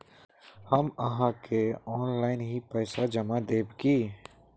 हम आहाँ के ऑनलाइन ही पैसा जमा देब की?